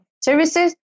services